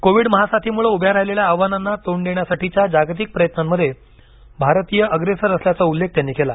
Covid महासाथीमुळे उभ्या राहिलेल्या आव्हानांना तोंड देण्यासाठीच्या जागतिक प्रयत्नांमध्ये भारतीय अप्रेसर असल्याचा उल्लेख त्यांनी केला